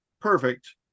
perfect